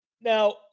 Now